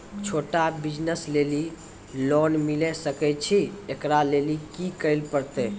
छोटा बिज़नस लेली लोन मिले सकय छै? एकरा लेली की करै परतै